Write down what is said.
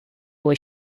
was